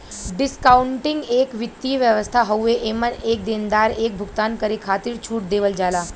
discounting एक वित्तीय व्यवस्था हउवे एमन एक देनदार एक भुगतान करे खातिर छूट देवल जाला